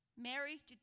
Mary's